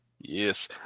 Yes